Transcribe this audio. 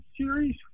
series